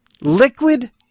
liquid